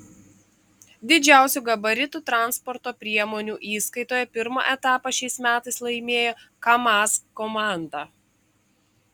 didžiausių gabaritų transporto priemonių įskaitoje pirmą etapą šiais metais laimėjo kamaz komanda